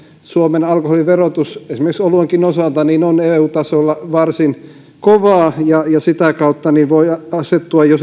suomen alkoholiverotus esimerkiksi oluenkin osalta on eu tasolla varsin kovaa ja sitä kautta voi asettua jo